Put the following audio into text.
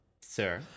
Sir